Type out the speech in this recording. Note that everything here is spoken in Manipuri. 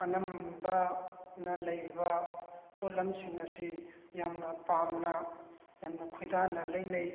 ꯑꯅꯝꯕꯅ ꯂꯩꯔꯤꯕ ꯄꯣꯠꯂꯝꯁꯤꯡ ꯑꯁꯤ ꯌꯥꯝꯅ ꯄꯥꯝꯅ ꯌꯥꯝꯅ ꯈꯣꯏꯗꯅ ꯂꯩꯅꯩ